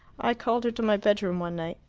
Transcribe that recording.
i called her to my bedroom one night.